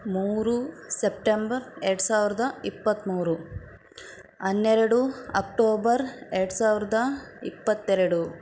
ಮೂರು ಸೆಪ್ಟೆಂಬರ್ ಎರಡು ಸಾವಿರದ ಇಪ್ಪತ್ತ್ಮೂರು ಹನ್ನೆರಡು ಅಕ್ಟೋಬರ್ ಎರಡು ಸಾವಿರದ ಇಪ್ಪತ್ತೆರಡು